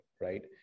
right